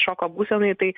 šoko būsenoj tai